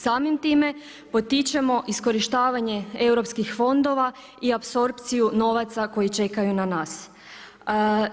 Samim time potičemo iskorištavanje europskih fondova i apsorpciju novaca koji čekaju novaca na nas.